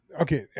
okay